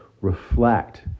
reflect